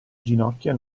ginocchia